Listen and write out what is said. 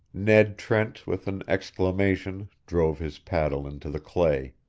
ned trent with an exclamation drove his paddle into the clay.